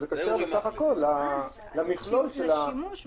אבל זה קשור בסך-הכול למכלול של הכרסום.